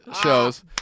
shows